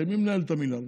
הרי מי מנהל את המינהל?